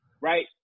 Right